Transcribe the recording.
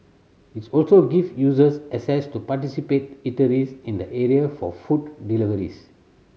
its also give users access to participate eateries in the area for food deliveries